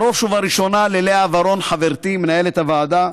בראש ובראשונה ללאה ורון, חברתי, מנהלת הוועדה,